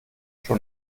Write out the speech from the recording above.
schon